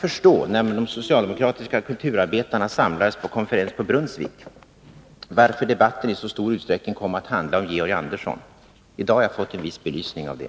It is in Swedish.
När de socialdemokratiska kulturarbetarna samlades på Brunnsvik hade jag svårt att förstå varför debatten i så stor utsträckning kom att handla om Georg Andersson. I dag har jag fått en viss belysning av det.